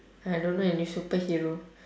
I don't know any superhero